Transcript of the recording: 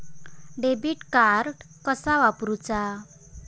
Debit card कसा वापरुचा?